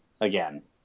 again